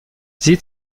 sie